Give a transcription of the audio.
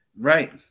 right